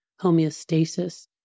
homeostasis